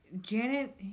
janet